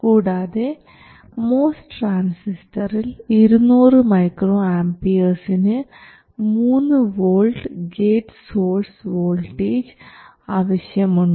കൂടാതെ MOS ട്രാൻസിസ്റ്ററിൽ 200 മൈക്രോആംപിയർസിന് 3 വോൾട്ട് ഗേറ്റ് സോഴ്സ് വോൾട്ടേജ് ആവശ്യമുണ്ട്